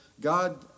God